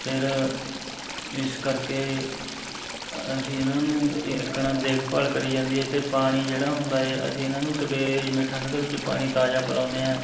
ਫਿਰ ਇਸ ਕਰਕੇ ਅਸੀਂ ਇਹਨਾਂ ਨੂੰ ਇ ਇਕਣਾ ਦੇਖਭਾਲ ਕਰੀ ਜਾਂਦੀ ਹੈ ਅਤੇ ਪਾਣੀ ਜਿਹੜਾ ਹੁੰਦਾ ਹੈ ਅਸੀਂ ਇਹਨਾਂ ਨੂੰ ਸਵੇਰੇ ਠੰਡ ਦੇ ਵਿੱਚ ਪਾਣੀ ਤਾਜ਼ਾ ਪਿਲਾਉਂਦੇ ਹਾਂ